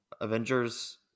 Avengers